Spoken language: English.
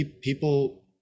people